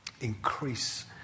increase